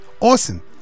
Awesome